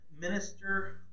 minister